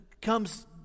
comes